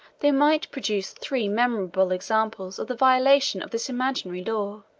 they might produce three memorable examples of the violation of this imaginary law